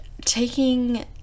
taking